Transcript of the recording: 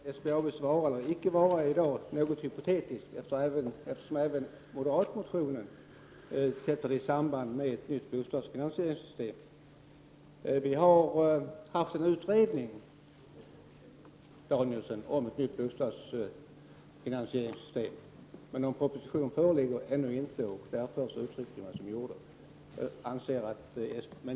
Herr talman! Frågan om SBAB:s vara eller icke vara är i dag något hypotetisk, eftersom även moderaterna i en motion sätter denna i samband med ett nytt bostadsfinansieringssystem. Det har gjorts en utredning om ett nytt bostadsfinansieringssystem, men någon proposition föreligger ännu inte, och därför uttryckte jag mig som jag gjorde.